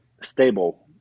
Stable